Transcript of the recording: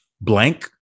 Blank